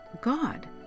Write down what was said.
God